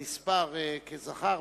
נספר כזכר.